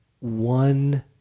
one